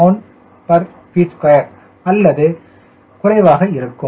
9 lbft2 அல்லது குறைவாக இருக்கும்